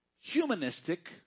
humanistic